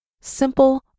simple